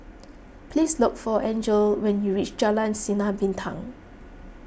please look for Angele when you reach Jalan Sinar Bintang